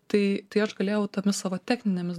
tai tai aš galėjau tomis savo techninėmis